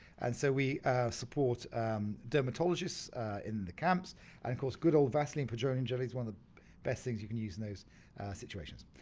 and so we support dermatologists in the camps and of course, good old vaseline petroleum jelly is one of the best things you can use in those situations.